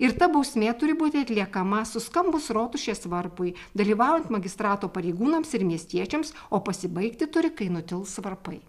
ir ta bausmė turi būti atliekama suskambus rotušės varpui dalyvaujant magistrato pareigūnams ir miestiečiams o pasibaigti turi kai nutils varpai